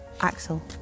Axel